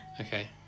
okay